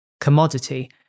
commodity